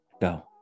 go